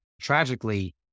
tragically